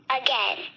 again